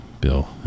Bill